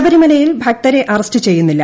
ശബരിമലയിൽ ഭക്തരെ അറസ്റ്റ് ചെയ്യുന്നില്ല